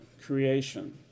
creation